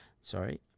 sorry